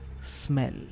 smell